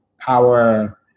power